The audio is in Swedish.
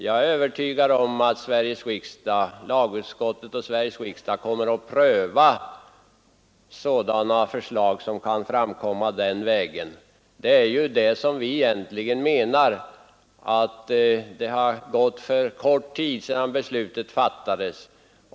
Jag är övertygad om att lagutskottet och Sveriges riksdag får tillfälle att pröva förslag som kan framföras den vägen. Vi menar att det nu har gått för kort tid sedan beslutet fattades.